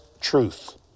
truth